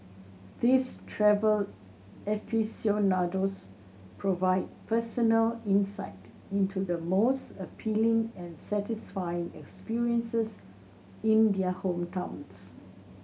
these travel aficionados provide personal insight into the most appealing and satisfying experiences in their hometowns